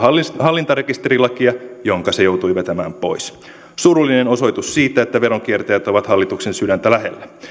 hallintarekisterilakia jonka se joutui vetämään pois surullinen osoitus siitä että veronkiertäjät ovat hallituksen sydäntä lähellä